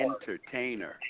entertainer